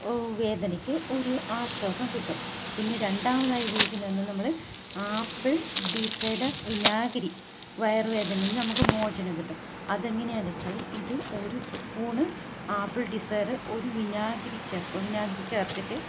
വേദനയ്ക്ക് ഒരു ആശ്വാസം കിട്ടും പിന്നെ രണ്ടാമതായി ഉപയോഗിക്കുന്നത് നമ്മൾ ആപ്പിൾ ഡിസൈഡർ വിനാഗിരി വയറുവേദനയിൽ നിന്ന് നമുക്ക് മോചനം കിട്ടും അത് എങ്ങനെയാന്ന് വെച്ചാൽ ഇത് ഒരു സ്പൂൺ ആപ്പിൾ ഡിസൈഡ് ഒരു വിനാഗിരി ചേർക്കും വിനാഗിരി ചേർത്തിട്ട്